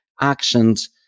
actions